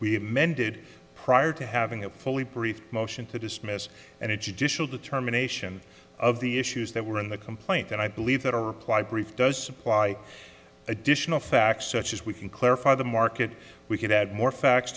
we amended prior to having a fully briefed motion to dismiss and it judicial determination of the issues that were in the complaint and i believe that a reply brief does supply additional facts such as we can clarify the market we can add more facts